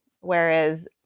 Whereas